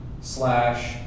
slash